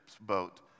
boat